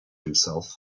himself